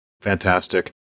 Fantastic